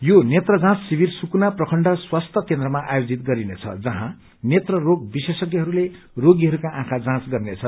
यो नेत्र जाँज शिविर सुकुना प्रखण्ड स्वस्थ्य केन्द्रमा आयोजित गरिनेछ जहाँ नेत्र रोग विशेषज्ञ रोबीहरूका आँखाको जाँच गरिनेछ